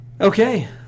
Okay